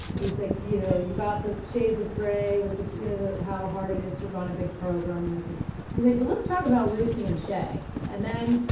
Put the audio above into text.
he's like, you know, you got the shades of grey with the you know the how hard it is to run a big program in the he like, but let's talk about lucy and shay. and then,